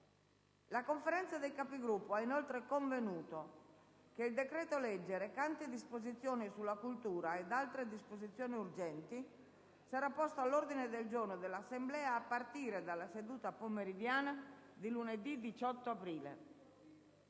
La Conferenza dei Capigruppo ha inoltre convenuto che il decreto-legge recante disposizioni sulla cultura e altre disposizioni urgenti sarà posto all'ordine del giorno dell'Assemblea a partire dalla seduta pomeridiana di lunedì 18 aprile.